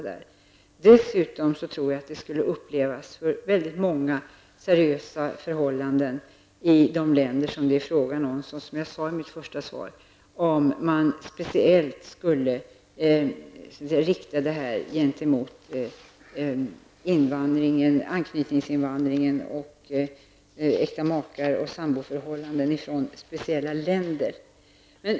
Dessutom tror jag, som jag sade i mitt första svar, att det för många som har seriösa förhållanden i de länder som det är fråga om skulle upplevas som kränkande om man speciellt skulle rikta det här mot anknytningsinvandringen av äkta makar och sambor från dessa speciella länder.